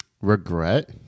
Regret